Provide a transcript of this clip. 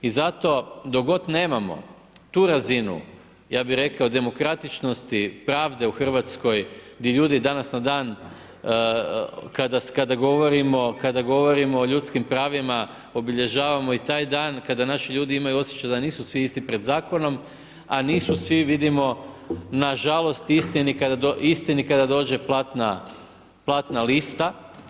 I zato, dok god nemamo tu razinu, ja bi rekao demokratičnosti, pravde u Hrvatskoj, gdje ljudi danas na dan kada govorimo o ljudskim pravima obilježavamo i taj dan, kada naši ljudi imaju osjećaj da nisu svi isti pred zakonom, a nisu svi, vidimo, nažalost, istini kada dođe platna lista.